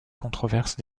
controverse